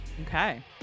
Okay